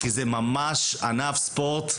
כי זה ממש ענף ספורט,